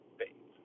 faith